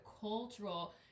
cultural